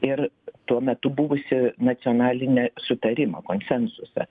ir tuo metu buvusį nacionalinę sutarimą konsensusą